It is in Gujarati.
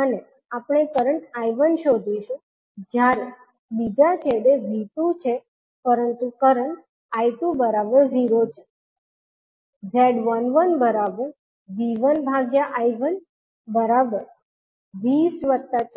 અને આપણે કરંટ I1 શોધીશું જ્યારે બીજા છેડે V2 છે પરંતુ કરંટ I2 0 છે